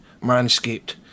Manscaped